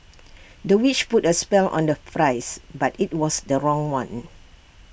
the witch put A spell on the flies but IT was the wrong one